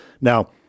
Now